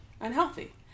unhealthy